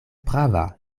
prava